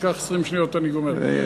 זה ייקח 20 שניות ואני גומר.